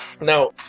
Now